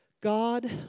God